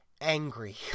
angry